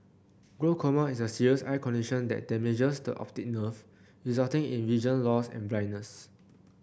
glaucoma is a serious eye condition that damages the optic nerve resulting in vision loss and blindness